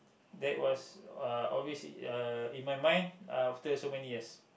that was uh always uh in my mind after so many years